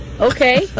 Okay